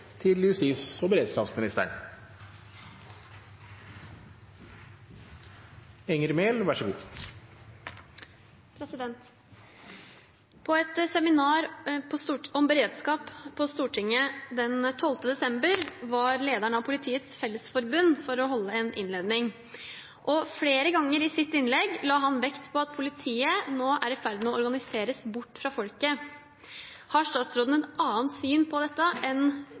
et seminar om beredskap på Stortinget den 12. desember var leder av Politiets Fellesforbund for å holde en innledning. Flere ganger i sitt innlegg la han vekt på at politiet nå var i ferd med å «organiseres bort fra folket». Har statsråden et annet syn på dette enn